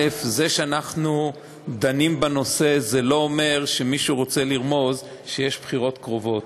זה שאנחנו דנים בנושא זה לא אומר שמישהו רוצה לרמוז שיש בחירות קרובות.